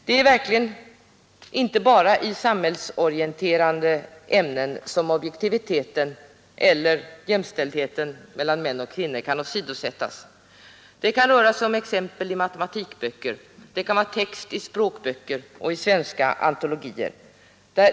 Det är verkligen inte bara i samhällsorienterande ämnen som objektiviteten eller jämställdheten mellan män och kvinnor kan åsidosättas. Det kan röra sig om exempel i matematikböcker, text i språkböcker och i svenska antologier.